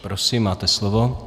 Prosím, máte slovo.